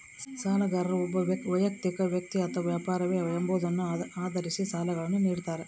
ಸಾಲಗಾರರು ಒಬ್ಬ ವೈಯಕ್ತಿಕ ವ್ಯಕ್ತಿ ಅಥವಾ ವ್ಯಾಪಾರವೇ ಎಂಬುದನ್ನು ಆಧರಿಸಿ ಸಾಲಗಳನ್ನುನಿಡ್ತಾರ